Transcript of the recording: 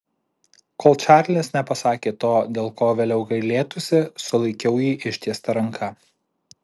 kol čarlis nepasakė to dėl ko vėliau gailėtųsi sulaikiau jį ištiesta ranka